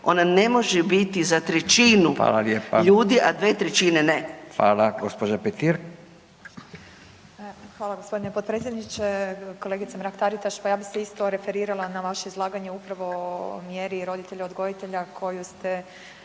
Hvala. Gospođa Petir. **Petir, Marijana (Nezavisni)** Hvala gospodine podpredsjedniče, kolegice Mrak Taritaš. Pa ja bi se isto referirala na vaše izlaganje upravo o mjeri roditelj odgojitelj a koju ste